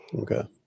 Okay